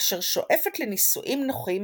אשר שואפת לנישואים נוחים